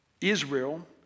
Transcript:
Israel